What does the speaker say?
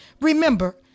Remember